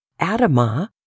Adama